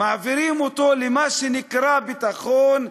ומעבירים אותו למה שנקרא ביטחון,